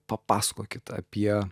papasakokit apie